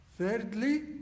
Thirdly